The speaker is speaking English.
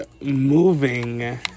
moving